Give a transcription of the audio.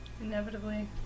Inevitably